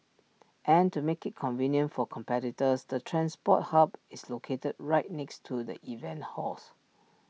and to make IT convenient for competitors the transport hub is located right next to the event halls